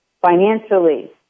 financially